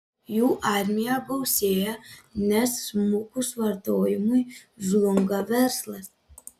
jų armija gausėja nes smukus vartojimui žlunga verslas